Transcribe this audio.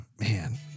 Man